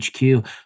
HQ